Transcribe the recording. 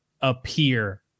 appear